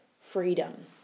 freedom